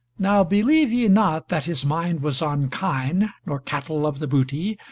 now believe ye not that his mind was on kine, nor cattle of the booty,